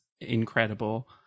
incredible